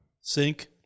Sync